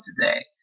today